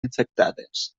infectades